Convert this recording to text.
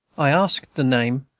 i asked the name,